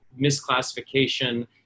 misclassification